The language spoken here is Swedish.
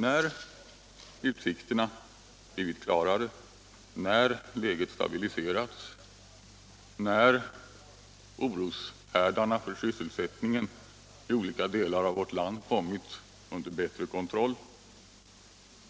När utsikterna blivit klarare, när läget stabiliserats, när oroshärdarna för sysselsättningen i olika delar av vårt land kommit under bättre kontroll